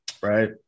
right